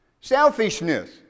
Selfishness